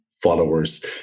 Followers